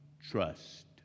Trust